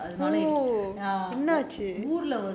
அதுனால ஊர்ல ஒரு:athunaala urla oru